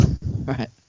Right